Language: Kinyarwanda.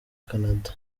canada